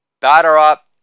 batter-up